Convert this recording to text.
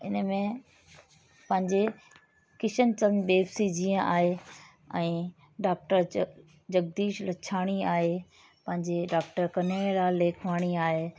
इने में पंहिंजे किशन चंद देवसी जीअं आहे ऐं डॉक्टर ज जगदीश लच्छाणी आहे पंहिंजे डॉक्टर कन्हैया लाल लेखवाणी आहे